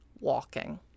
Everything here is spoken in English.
walking